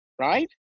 right